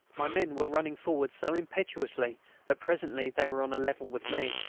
my men were running forward so impetuously that presently they were on a level with me.